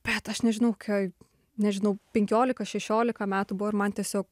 bet aš nežinau kai nežinau penkiolika šešiolika metų buvo ir man tiesiog